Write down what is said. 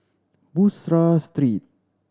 Bussorah Street